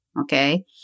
Okay